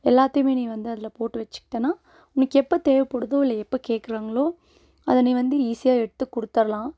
எல்லாத்தையுமே நீ வந்து அதில் போட்டு வச்சுக்கிட்டேன்னா உனக்கு எப்போ தேவைப்படுதோ இல்லை எப்போ கேட்குறாங்களோ அதை நீ வந்து ஈஸியாக எடுத்து கொடுத்தர்லாம்